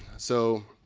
so